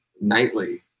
nightly